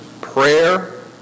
prayer